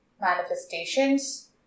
manifestations